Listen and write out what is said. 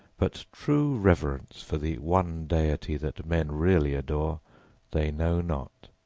but true reverence for the one deity that men really adore they know not.